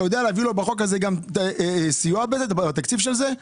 אתה יודע לתת לו בחוק הזה גם סיוע בתקציב של זה?